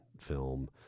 film